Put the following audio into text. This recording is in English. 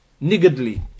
niggardly